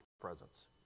presence